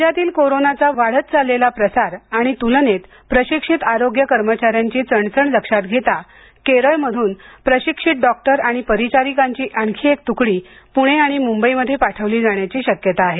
राज्यातील कोरोनाचा वाढत चाललेला प्रसार आणि तुलनेत प्रशिक्षित आरोग्य कर्मचाऱ्यांची चणचण लक्षात घेता केरळ मधून प्रशिक्षित डॉक्टर आणि परिचारिकांची आणखी तुकडी पुणे आणि मुंबईमध्ये पाठवली जाण्याची शक्यता आहे